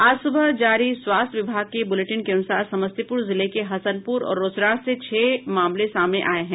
आज सुबह जारी स्वास्थ्य विभाग की बुलेटिन के अनुसार समस्तीपुर जिले के हसनपुर और रोसड़ा से छह मामले सामने आये हैं